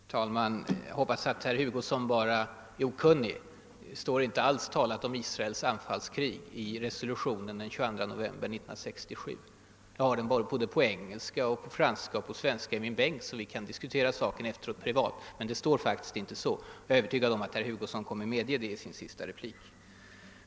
Herr talman! Jag hoppas att herr Husosson bara är okunnig. Det står inte alls talat om Israels »anfallskrig» i FN resolutionen av den 22 november 1967, vilket jag tyckte herr Hugosson sade. Jag har resolutionen på engelska, franska och svenska i min bänk, så vi kan diskutera saken efteråt privat. Men del står faktiskt inte så. Jag är övertygad om att herr Hugosson kommer att medge det i sin nästa replik.